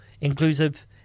inclusive